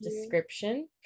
description